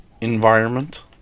environment